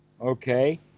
Okay